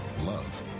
love